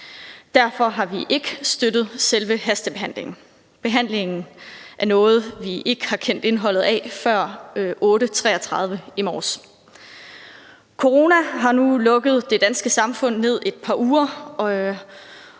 Derfor har vi ikke støttet selve hastebehandlingen, som har været en behandling af noget, vi ikke har kendt indholdet af før kl. 8.33 i morges. Corona har nu haft det danske samfund lukket ned i et par uger,